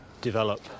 develop